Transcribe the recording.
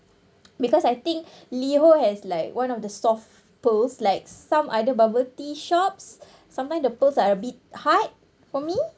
because I think Liho has like one of the soft pearls like some other bubble tea shops sometime the pearls are a bit hard for me